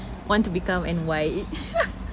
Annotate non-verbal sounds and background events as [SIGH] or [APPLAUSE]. want to become and why [LAUGHS]